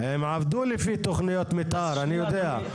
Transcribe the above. הם עבדו לפי תכניות מתאר, אני יודע.